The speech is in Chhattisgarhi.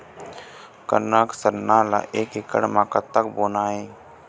कनक सरना ला एक एकड़ म कतक बोना हे?